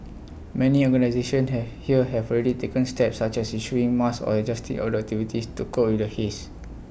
many organisations here here have already taken steps such as issuing masks or adjusting outdoor activities to cope with the haze